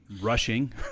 rushing